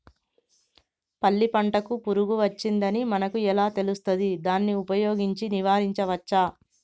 పల్లి పంటకు పురుగు వచ్చిందని మనకు ఎలా తెలుస్తది దాన్ని ఉపయోగించి నివారించవచ్చా?